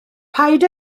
paid